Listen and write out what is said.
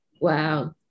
Wow